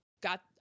got